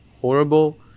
horrible